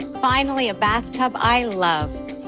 finally a bath tub, i love.